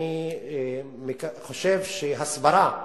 אני חושב שהסברה,